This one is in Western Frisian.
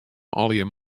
allegearre